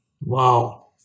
Wow